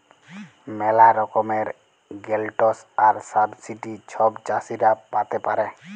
ম্যালা রকমের গ্র্যালটস আর সাবসিডি ছব চাষীরা পাতে পারে